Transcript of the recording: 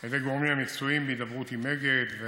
על ידי הגורמים המקצועיים, בהידברות עם אגד.